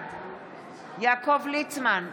בעד יעקב ליצמן,